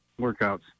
workouts